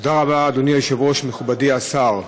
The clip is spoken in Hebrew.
תודה רבה, אדוני היושב-ראש, מכובדי השר,